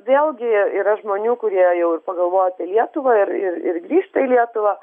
vėlgi yra žmonių kurie jau ir pagalvojo apie lietuvą ir ir ir grįžta į lietuvą